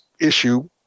issue